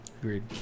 Agreed